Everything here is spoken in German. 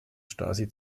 stasi